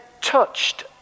touched